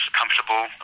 comfortable